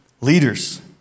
leaders